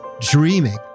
dreaming